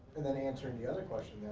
and then answering the other question